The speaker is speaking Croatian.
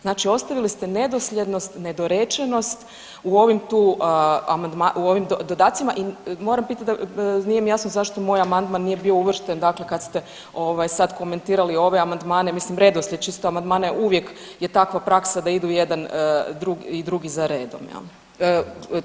Znači ostavili ste nedosljednost, nedorečenost u ovim dodacima i moram pitati nije mi jasno zašto moj amandman nije bio uvršten dakle kad ste ovaj sad komentirali ove amandmane, mislim redoslijed, čisto amandmane, uvijek je tako praksa da idu jedan i drugi za redom jel.